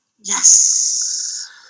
Yes